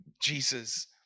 Jesus